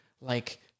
like-